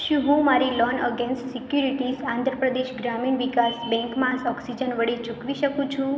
શું હું મારી loan against securities Andhra Pradesh Grameena Vikas બેંકમાં ઓક્સિજન વડે ચૂકવી શકું છું